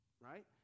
right